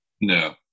No